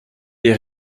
ihr